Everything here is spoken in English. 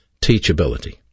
teachability